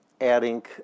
adding